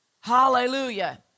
Hallelujah